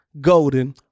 Golden